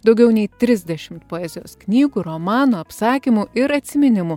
daugiau nei trisdešimt poezijos knygų romanų apsakymų ir atsiminimų